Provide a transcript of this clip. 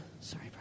sorry